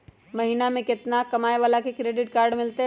महीना में केतना कमाय वाला के क्रेडिट कार्ड मिलतै?